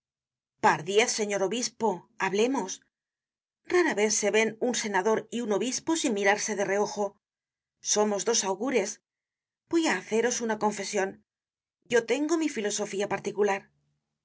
pardiez señor obispo hablemos rara vez se ven un senador y un obispo sin mirarse de reojo somos dos augures voy á haceros una confesion yo tengo mi filosofía particular